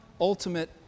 ultimate